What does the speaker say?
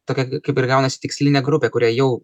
tokia kaip ir gaunasi tikslinė grupė kuri jau